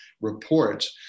reports